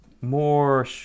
more